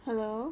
hello